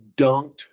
dunked